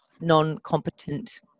non-competent